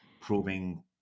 proving